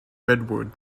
redwood